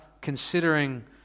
considering